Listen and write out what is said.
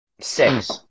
Six